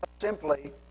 Simply